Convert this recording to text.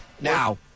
Now